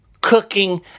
cooking